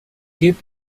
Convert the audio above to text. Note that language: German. gebt